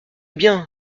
bien